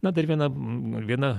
na dar viena viena